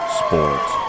sports